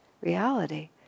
reality